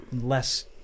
less